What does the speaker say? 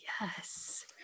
Yes